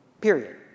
period